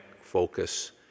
focus